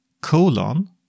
colon